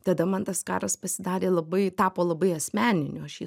tada man tas karas pasidarė labai tapo labai asmeniniu aš jį